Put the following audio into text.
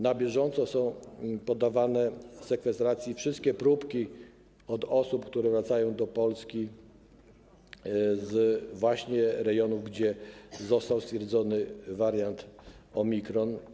Na bieżąco są podawane sekwestracji wszystkie próbki od osób, które wracają do Polski właśnie z rejonów, gdzie został stwierdzony wariant Omikron.